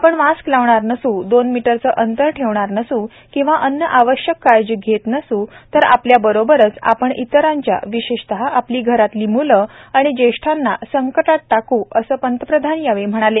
आपण मास्क लावणार नसू दोन मीटरचं अंतर ठेवणार नसू किंवा अन्य आवश्यक काळजी घेत नसू तर आपल्या बरोबरच आपण इतरांच्या विशेषतः आपली घरातली मुलं आणि ज्येष्ठांना संकटात टाकू असं पंतप्रधान यावेळी म्हणाले